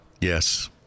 Yes